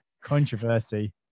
controversy